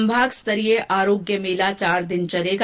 संभाग स्तरीय आरोग्य मेला चार दिन चलेगा